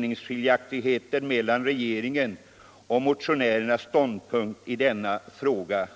ningskiljaktigheter mellan regeringens och motionärernas ståndpunkt i denna fråga.”